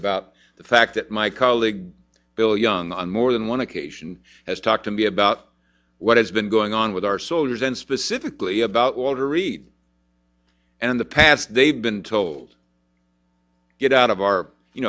about the fact that my colleague bill young on more than one occasion as talk to me about what has been going on with our soldiers and specifically about walter reed and the path they've been told it out of our you